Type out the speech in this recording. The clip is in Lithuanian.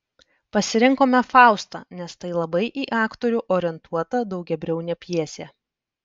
pasirinkome faustą nes tai labai į aktorių orientuota daugiabriaunė pjesė